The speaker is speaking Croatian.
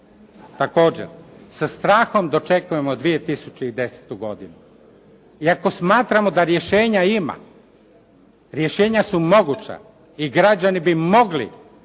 Također sa strahom dočekujemo 2010. godinu iako smatramo da rješenja ima, rješenja su moguća i građani bi mogli